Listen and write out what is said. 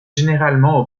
généralement